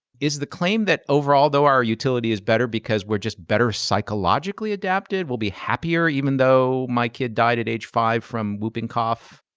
is the claim that overall, though, our utility is better because we're just better psychologically adapted, we'll be happier even though my kid died at age five from whooping cough?